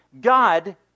God